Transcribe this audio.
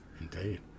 indeed